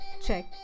check